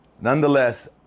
Nonetheless